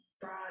broad